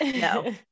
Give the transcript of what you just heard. no